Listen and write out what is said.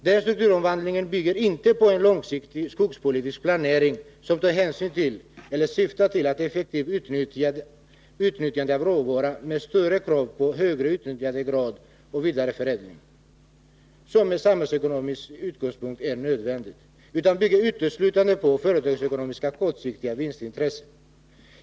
Den strukturomvandlingen bygger inte på en långsiktig skogspolitisk planering som tar hänsyn till eller syftar till ett effektivt utnyttjande av råvaran, med större krav på högre utnyttjandegrad och vidareförädling, vilket från samhällsekonomisk utgångspunkt är nödvändigt, utan bygger uteslutande på kortsiktiga företagsekonomiska vinstintressen.